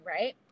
right